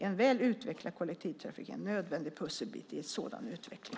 En väl utvecklad kollektivtrafik är en nödvändig pusselbit i en sådan utveckling.